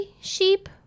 sheep